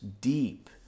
deep